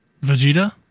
Vegeta